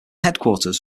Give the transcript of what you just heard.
headquarters